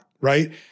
right